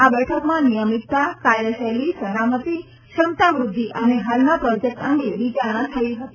આ બેઠકમાં નીયમિતતા કાર્યશૈલી સલામતી ક્ષમતા વૃદ્ધિ અને હાલના યોજેક્ટ અંગે વિચારણા થઈ હતી